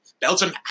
Belgium